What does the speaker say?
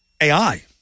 AI